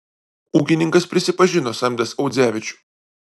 ūkininkas prisipažino samdęs audzevičių